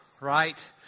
right